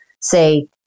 say